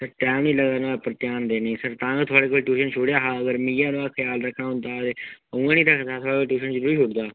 sir time निं लगदा न्हाडे़ पर ध्यान देने ईं तां गै थुआढ़े कोल ट्यूशन छुड़ेआ हा अगर मिगी ओह्दा ख्याल रक्खना होंदा ते अ'ऊं गै निं रखदा हा ट्यूशन जरूरी छुड़दा हा